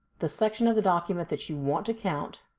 the section of the document that you want to count,